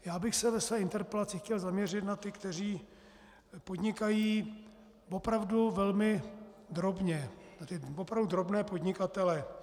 Já bych se ve své interpelaci chtěl zaměřit na ty, kteří podnikají opravdu velmi drobně, na ty opravdu drobné podnikatele.